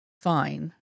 fine